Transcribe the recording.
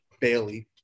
Bailey